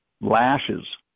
lashes